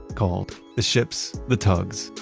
called the ships, the tugs,